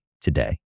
today